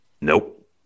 nope